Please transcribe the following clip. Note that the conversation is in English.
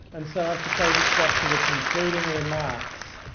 and so i suppose it's up to the concluding remarks.